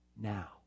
now